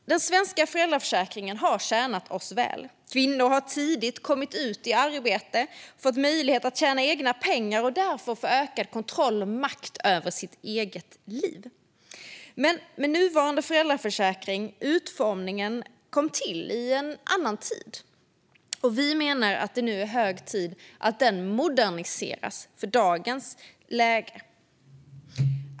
Den svenska föräldraförsäkringen har tjänat oss väl. Kvinnor har tidigt kommit ut i arbete, fått möjlighet att tjäna egna pengar och därmed fått ökad kontroll och makt över sitt eget liv. Men vår nuvarande föräldraförsäkring och utformningen av den kom till i en annan tid, och vi menar att det nu är hög tid att den moderniseras och anpassas till dagens läge.